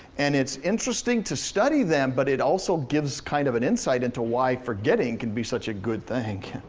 and it's interesting to study them, but it also gives kind of an insight into why forgetting can be such a good thing.